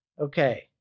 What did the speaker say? Okay